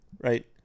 right